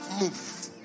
move